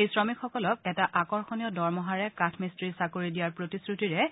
এই শ্ৰমিকসকলক এটা আকৰ্ষণীয় দৰমহাৰে কাঠ মিদ্ৰিৰ চাকৰি দিয়াৰ প্ৰতিশ্ৰুতিৰে